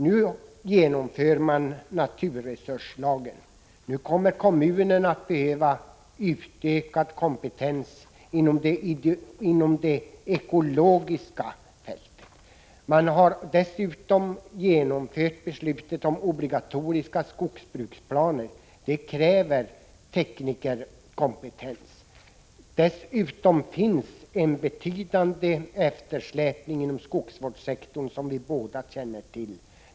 Nu genomförs naturresurslagen. Därmed kommer kommunerna att behöva utökad kompetens inom det ekologiska fältet. Dessutom har beslutet om obligatoriska skogsbruksplaner verkställts. Det kräver teknikerkompetens. Vidare finns det en betydande eftersläpning inom skogsvårdssektorn, som vi båda känner till.